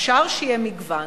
אפשר שיהיה מגוון.